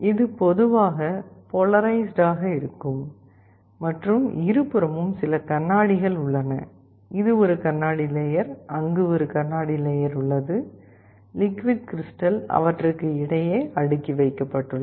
இது பொதுவாக போலாரைஸ்ட் ஆக இருக்கும் மற்றும் இருபுறமும் சில கண்ணாடிகள் உள்ளன இது ஒரு கண்ணாடி லேயர் அங்கு ஒரு கண்ணாடி லேயர் உள்ளது லிக்விட் கிரிஸ்டல் அவற்றுக்கிடையே அடுக்கி வைக்கப்பட்டுள்ளது